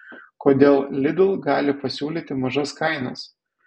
kodėl lidl gali pasiūlyti mažas kainas